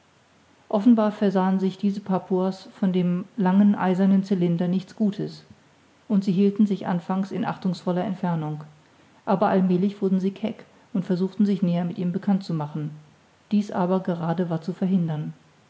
offenbar versahen sich diese papuas von dem langen eisernen cylinder nichts gutes und sie hielten sich anfangs in achtungsvoller entfernung aber allmälig wurden sie keck und versuchten sich näher mit ihm bekannt zu machen dies aber gerade war zu verhindern